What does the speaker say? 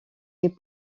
est